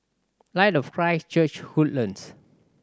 Light of Christ Church Woodlands